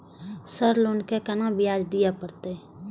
Sir loan के केना ब्याज दीये परतें?